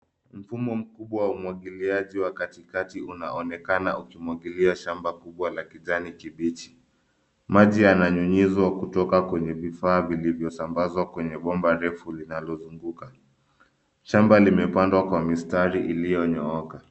Mfumo mkubwa wa umwangiliaji wa katikati unaonekana ukimwangilia shamba kubwa la kijani kibichi. Maji yananyunyizwa kutoka kwenye vifaa vilivyosambazwa kwenye bomba refu linalozunguka. Shamba limepandwa kwa mistari iliyonyooka.